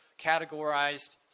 categorized